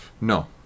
no